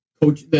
Coach